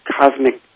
cosmic